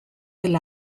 del